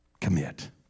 commit